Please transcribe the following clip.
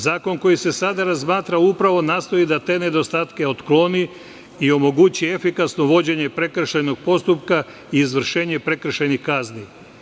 Zakon koji se sada razmatra upravo nastoji da te nedostatke otkloni i mogući efikasno vođenje prekršajnog postupka i izvršenje prekršajnih kazni.